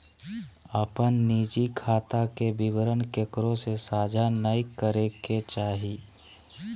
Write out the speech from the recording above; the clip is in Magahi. अपन निजी खाता के विवरण केकरो से साझा नय करे के चाही